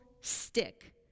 stick